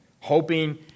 hoping